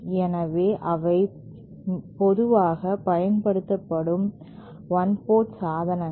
எனவே அவை பொதுவாக பயன்படுத்தப்படும் 1 போர்ட் சாதனங்கள்